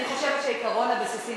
אני חושבת שהעיקרון הבסיסי,